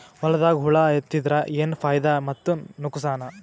ಹೊಲದಾಗ ಹುಳ ಎತ್ತಿದರ ಏನ್ ಫಾಯಿದಾ ಮತ್ತು ನುಕಸಾನ?